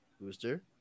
Booster